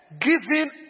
Giving